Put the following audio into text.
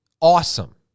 awesome